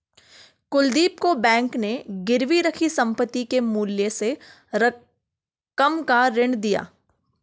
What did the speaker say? कुलदीप को बैंक ने गिरवी रखी संपत्ति के मूल्य से कम का ऋण दिया